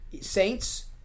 Saints